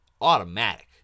automatic